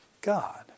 God